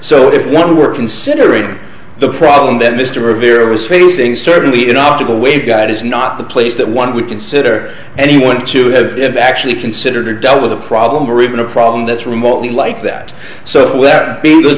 so if one were considering the problem that mr a very was facing certainly an optical waveguide is not the place that one we consider anyone to have actually considered or dealt with a problem or even a problem that's remotely like that so